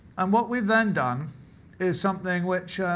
and what we've then done is something which